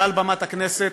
מעל במת הכנסת,